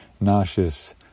nauseous